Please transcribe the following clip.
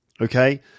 Okay